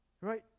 Right